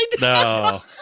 no